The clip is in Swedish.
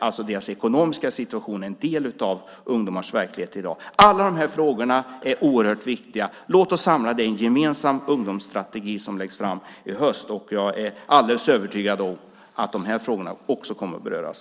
Ungdomars ekonomiska situation är en del av deras verklighet i dag. Alla dessa frågor är oerhört viktiga. Låt oss samla dem i en gemensam ungdomsstrategi som läggs fram i höst. Jag är alldeles övertygad om att dessa frågor också kommer att beröras.